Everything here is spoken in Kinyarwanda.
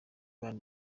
van